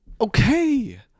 Okay